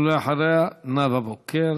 ואחריה, נאוה בוקר.